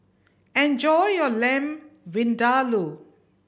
enjoy your Lamb Vindaloo